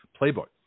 Playbook